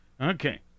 Okay